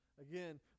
again